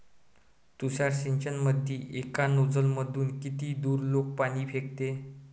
तुषार सिंचनमंदी एका नोजल मधून किती दुरलोक पाणी फेकते?